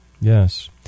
Yes